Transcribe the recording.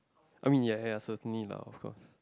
I mean ya ya so need lah of course